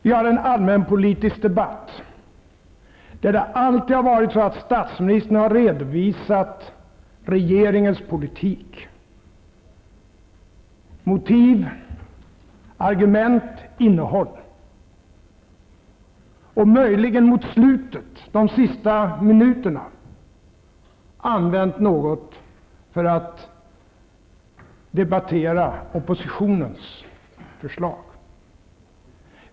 I en allmänpolitisk debatt har det alltid varit så, att statsministern har redovisat regeringens politik -- motiv, argument, innehåll -- och möjligen mot slutet, de sista minuterna, använt någon tid för att debattera oppositionens förslag.